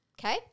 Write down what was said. Okay